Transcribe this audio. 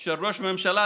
של ראש ממשלה,